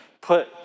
put